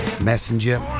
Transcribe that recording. Messenger